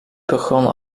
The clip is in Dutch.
begon